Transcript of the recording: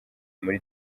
muri